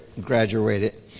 graduated